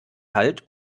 halt